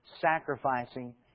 Sacrificing